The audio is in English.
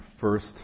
first